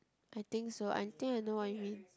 I think so I think I know what you mean